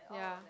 yeah